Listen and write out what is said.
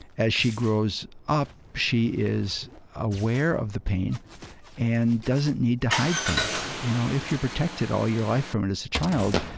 as she grows up she is aware of the pain and doesn't need to hide from it. you know, if you're protected all your life from it as a child,